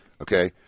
okay